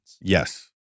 Yes